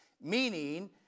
Meaning